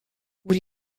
would